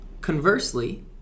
conversely